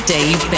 Dave